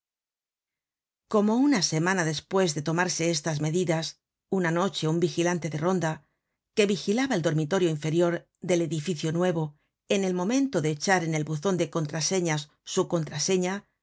como una semana despues de tomarse estas medidas una noche un vigilante de ronda que vigilaba el dormitorio inferior del edificio nuevo en el momento de echar en el buzon de contraseñas su contraseña